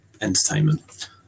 entertainment